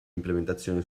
implementazione